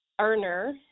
earner